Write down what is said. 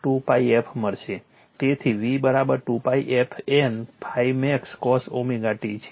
તેથી V 2𝜋 f N ∅max cos t છે